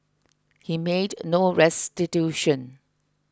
he made no restitution